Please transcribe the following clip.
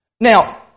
Now